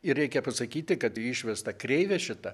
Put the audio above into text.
ir reikia pasakyti kad išvesta kreivė šita